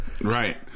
Right